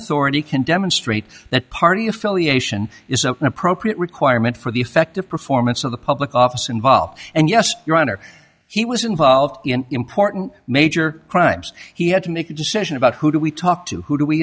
authority can demonstrate that party affiliation is an appropriate requirement for the effective performance of the public office involved and yes your honor he was involved in important major crimes he had to make a decision about who do we talk to who